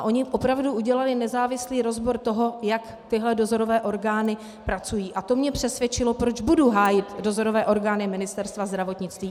Oni opravdu udělali nezávislý rozbor toho, jak dozorové orgány pracují, a to mě přesvědčilo, proč budu hájit dozorové orgány Ministerstva zdravotnictví.